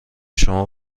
شما